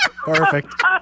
Perfect